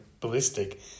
ballistic